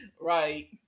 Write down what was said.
Right